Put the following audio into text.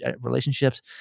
relationships